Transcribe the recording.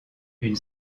une